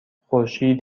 خورشید